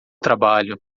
trabalho